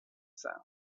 sound